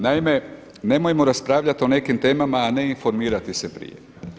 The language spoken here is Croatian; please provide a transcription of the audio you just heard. Naime, nemojmo raspravljati o nekim temama a ne informirati se prije.